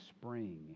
spring